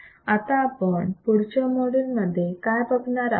आता आपण पुढच्या मॉड्यूल मध्ये काय बघणार आहोत